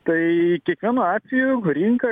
tai kiekvienu atveju rinka